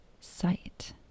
sight